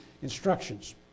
instructions